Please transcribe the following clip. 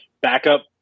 backup